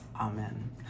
Amen